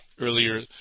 earlier